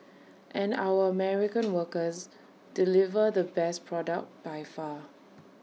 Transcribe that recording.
and our American workers deliver the best product by far